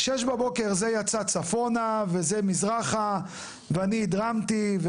6:00 זה יצא צפונה וזה מזרחה ואני הדרמתי,